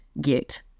get